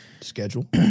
Schedule